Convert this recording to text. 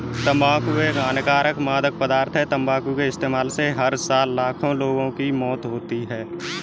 तंबाकू एक हानिकारक मादक पदार्थ है, तंबाकू के इस्तेमाल से हर साल लाखों लोगों की मौत होती है